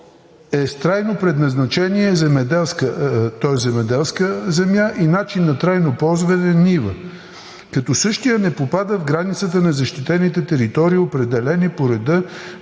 с трайно предназначение, то е земеделска земя и начин на трайно ползване – нива, като същият не попада в границата на защитените територии, определени по реда